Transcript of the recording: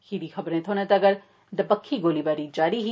खीरी खबरां थ्होने तगर दपक्खी गोलीबारी जारी ही